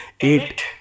eight